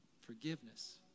Forgiveness